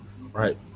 right